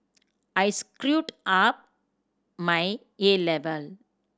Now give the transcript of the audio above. I screwed up my A level